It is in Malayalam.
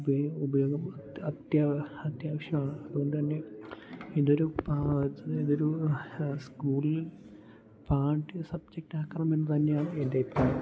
ഉപയോഗം ഉപയോഗം അത്യാവശ്യം അത്യാവശ്യമാണ് അതുകൊണ്ട് തന്നെ ഇതൊരു പാ ഇതൊരു സ്കൂളിൽ പാഠ്യ സബ്ജെക്റ്റാക്കണം എന്ന് തന്നെയാണ് എൻ്റെ അഭിപ്രായം